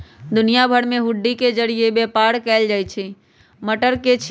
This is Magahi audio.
दुनिया भर में हुंडी के जरिये व्यापार कएल जाई छई